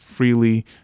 freely